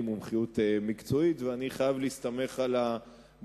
אין לי מומחיות מקצועית ולכן אני חייב להסתמך על המומחים,